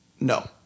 No